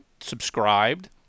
subscribed